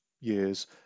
years